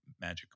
Magic